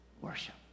worship